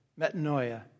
metanoia